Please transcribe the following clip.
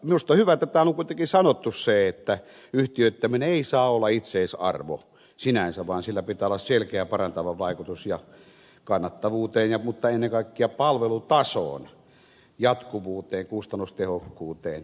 minusta hyvä että täällä on kuitenkin sanottu se että yhtiöittäminen ei saa olla itseisarvo sinänsä vaan sillä pitää olla selkeä parantava vaikutus kannattavuuteen mutta ennen kaikkea palvelutasoon jatkuvuuteen kustannustehokkuuteen